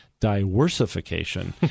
Diversification